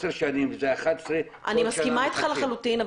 זה עשר שנים, זה 11, כל שנה מחדשים.